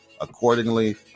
accordingly